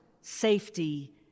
safety